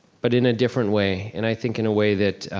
but in a different way, and i think in a way that